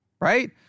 right